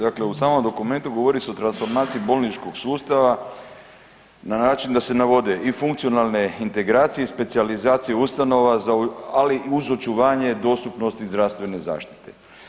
Dakle, u samom dokumentu govori se o transformaciji bolničkog sustava na način da se navode i funkcionalne integracije i specijalizacije ustanova, ali uz očuvanje dostupnosti zdravstvene zaštite.